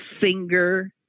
finger